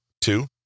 Two